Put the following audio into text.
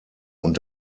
und